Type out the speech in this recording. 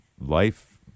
life